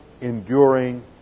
enduring